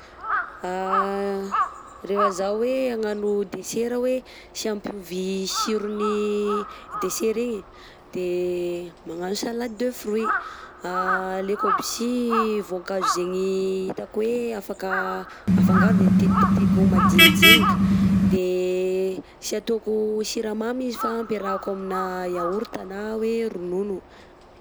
Rehefa zaho hoe agnano dessert hoe tsy ampiova i tsiron'ny dessert igny de magnano salade de fruits: aleko aby sy vaonkazo zegny hitako hoe afaka afangaro de titititihiko madinidinika de tsy ataoko siramamy izy fa ampiarahako amina yaourt na hoe ronono.